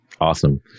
Awesome